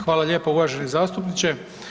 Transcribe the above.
Hvala lijepo uvaženi zastupniče.